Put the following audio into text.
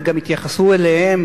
וגם התייחסו אליהם